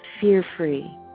fear-free